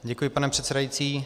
Děkuji, pane předsedající.